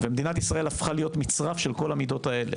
מדינת ישראל הפכה להיות מצרף של כל המידות האלה